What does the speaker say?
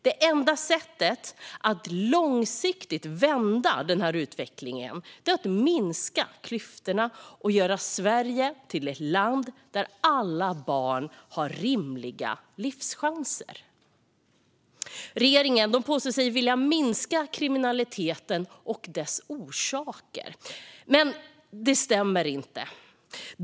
Det enda sättet att långsiktigt vända den utvecklingen är att minska klyftorna och göra Sverige till ett land där alla barn har rimliga livschanser. Regeringen påstår sig vilja minska kriminaliteten och dess orsaker. Men det stämmer inte.